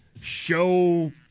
show